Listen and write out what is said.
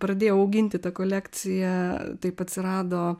pradėjau auginti tą kolekciją taip atsirado